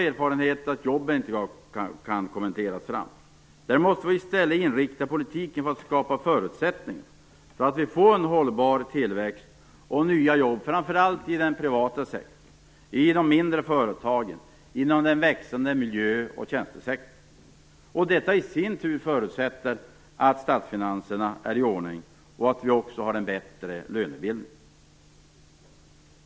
Politiken måste i stället inriktas på att skapa goda förutsättningar för en hållbar tillväxt och nya jobb, främst i den privata sektorn, i de mindre företagen, inom den växande miljö och tjänstesektorn. Detta i sin tur förutsätter sunda statsfinanser och en bättre lönebildning.